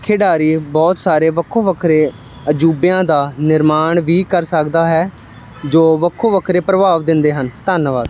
ਖਿਡਾਰੀ ਬਹੁਤ ਸਾਰੇ ਵੱਖੋ ਵੱਖਰੇ ਅਜੂਬਿਆਂ ਦਾ ਨਿਰਮਾਣ ਵੀ ਕਰ ਸਕਦਾ ਹੈ ਜੋ ਵੱਖੋ ਵੱਖਰੇ ਪ੍ਰਭਾਵ ਦਿੰਦੇ ਹਨ ਧੰਨਵਾਦ